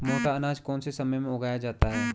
मोटा अनाज कौन से समय में उगाया जाता है?